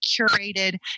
curated